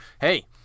hey